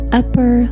upper